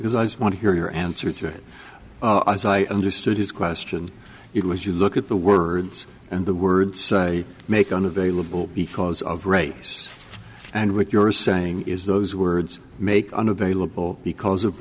his i just want to hear your answer to it as i understood his question it was you look at the words and the words make unavailable because of race and what you're saying is those words make unavailable because of